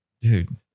dude